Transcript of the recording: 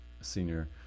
senior